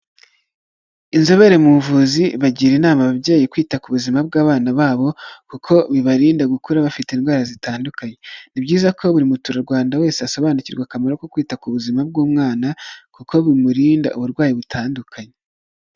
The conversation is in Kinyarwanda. Inzobere mu buvuzi bagira inama ababyeyi kwita ku buzima bw'abana babo kuko bibarinda gukura bafite indwara zitandukanye, ni byiza ko buri muturarwanda wese asobanukirwa akamaro ko kwita ku buzima bw'umwana, kuko bimurinda uburwayi butandukanye.